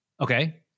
Okay